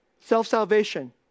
Self-salvation